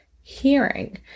hearing